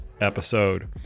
episode